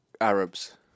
Arabs